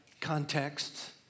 contexts